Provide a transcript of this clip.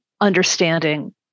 understanding